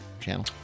channel